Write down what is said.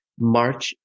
March